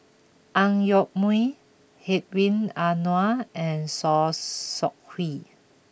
Ang Yoke Mooi Hedwig Anuar and Saw Swee Hock